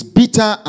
bitter